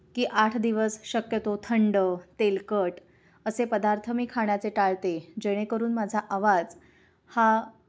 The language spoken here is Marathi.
की आठ दिवस शक्यतो थंड तेलकट असे पदार्थ मी खाण्याचे टाळते जेणेकरून माझा आवाज हा